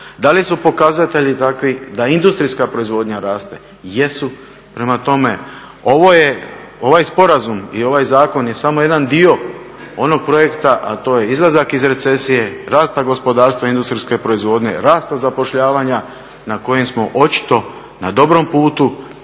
Da li su pokazatelji takvi da industrijska proizvodnja raste? Jesu. Prema tome, ovaj sporazum i ovaj zakon je samo jedan dio onog projekta, a to je izlazak iz recesije, rasta gospodarstva industrijske proizvodnje, rasta zapošljavanja na kojem smo očito na dobrom putu